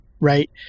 right